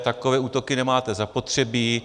Takové útoky nemáte zapotřebí.